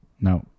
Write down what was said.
No